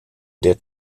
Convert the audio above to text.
der